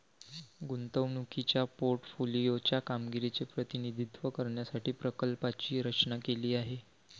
गुंतवणुकीच्या पोर्टफोलिओ च्या कामगिरीचे प्रतिनिधित्व करण्यासाठी प्रकल्पाची रचना केली आहे